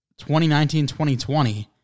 2019-2020